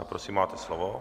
Prosím, máte slovo.